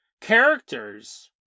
characters